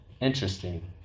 interesting